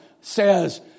says